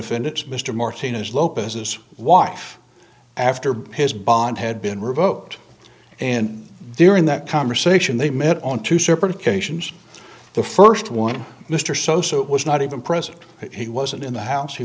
s mr martinez lopez as wife after his bond had been revoked and there in that conversation they met on two separate occasions the first one mr so so it was not even present he wasn't in the house he